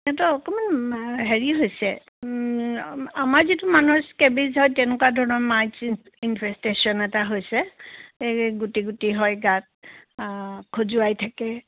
সিহঁতৰ অকণমান হেৰি হৈছে আমাৰ যিটো মানুহৰ স্কেবিজ হয় তেনেকুৱা ধৰণৰ এটা হৈছে গুটি গুটি হয় গাত খজুৱাই থাকে